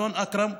אדון אכרם,